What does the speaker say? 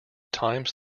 times